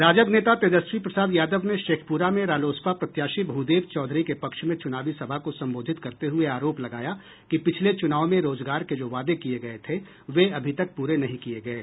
राजद नेता तेजस्वी प्रसाद यादव ने शेखपुरा में रालोसपा प्रत्याशी भूदेव चौधरी के पक्ष में चुनावी सभा को संबोधित करते हुये आरोप लगाया कि पिछले चूनाव में रोजगार के जो वादे किये गये थे वे अभी तक पूरे नहीं किये गये